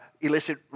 illicit